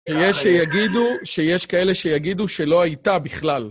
שיש שיגידו שיש כאלה שיגידו שלא הייתה בכלל.